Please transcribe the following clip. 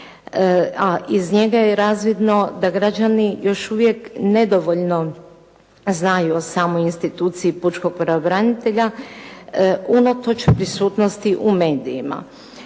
a iz njega je razvidno da građani još uvijek nedovoljno znaju o samoj instituciji pučkog pravobranitelja unatoč prisutnosti u medijima